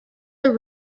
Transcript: are